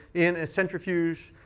in a centrifuge